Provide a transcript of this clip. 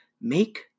Make